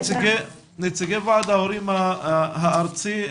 נציגת ועד ההורים הארצי,